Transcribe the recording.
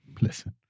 Listen